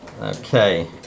Okay